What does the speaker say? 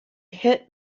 hit